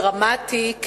דרמטי,